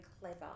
clever